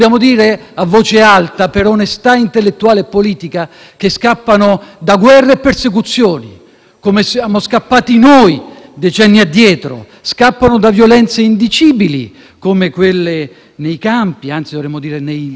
come siamo scappati noi decenni addietro. Scappano da violenze indicibili, come quelle dei campi libici, che anzi dovremmo chiamare *lager*, dove c'è un'immane barbarie che si sta consumando e non possiamo far finta di nulla.